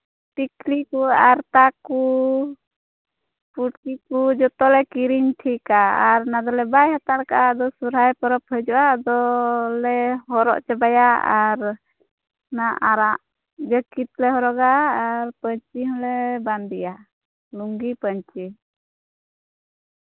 ᱴᱤᱠᱞᱤ ᱠᱚ ᱟᱨᱛᱟ ᱠᱚ ᱯᱩᱴᱠᱤ ᱠᱚ ᱡᱚᱛᱚ ᱞᱮ ᱠᱤᱨᱤᱧ ᱴᱷᱤᱠᱟ ᱟᱨ ᱚᱱᱟ ᱫᱚ ᱞᱮ ᱵᱟᱭ ᱦᱟᱛᱟᱲ ᱠᱟᱜᱼᱟ ᱟᱫᱚ ᱥᱚᱨᱦᱟᱭ ᱯᱚᱨᱚᱵᱽ ᱦᱤᱡᱩᱜᱼᱟ ᱟᱫᱚ ᱞᱮ ᱦᱚᱨᱚᱜ ᱪᱟᱵᱟᱭᱟ ᱟᱨ ᱚᱱᱟ ᱟᱨᱟᱜ ᱡᱟᱹᱠᱤᱴ ᱞᱮ ᱦᱚᱨᱚᱜᱟ ᱟᱨ ᱯᱟᱹᱧᱪᱤ ᱞᱮ ᱵᱟᱸᱫᱮᱭᱟ ᱞᱩᱝᱜᱤ ᱯᱟᱧᱪᱤ